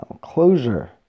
closure